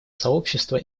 сообщества